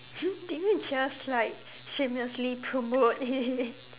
did we just like shamelessly promote it